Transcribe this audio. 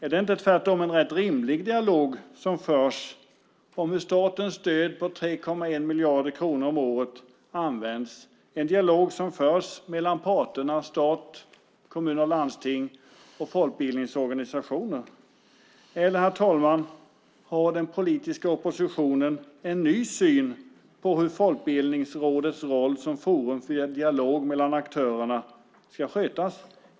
Är det inte tvärtom en rätt rimlig dialog som förs om hur statens stöd på 3,1 miljarder kronor om året används? Det är en dialog som behövs mellan parterna stat, kommuner och landsting och folkbildningsorganisationer. Eller har den politiska oppositionen en ny syn på Folkbildningsrådets roll som forum för en dialog med aktörerna ska skötas?